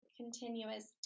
continuous